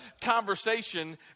conversation